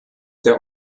der